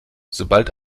sobald